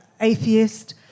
atheist